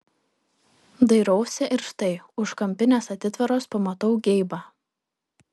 dairausi ir štai už kampinės atitvaros pamatau geibą